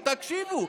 תקשיבו.